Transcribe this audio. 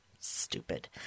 Stupid